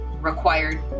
required